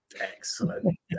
excellent